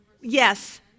Yes